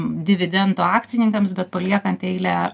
dividendo akcininkams bet paliekant eilę